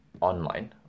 online